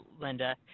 Linda